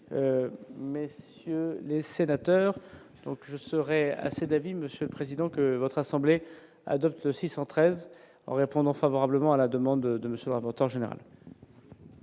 ce qui a évoqué les sénateurs, donc je serais assez d'avis Monsieur le Président, que votre assemblée adopte 613 en répondant favorablement à la demande de monsieur le rapporteur général.